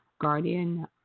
guardian